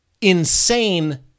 insane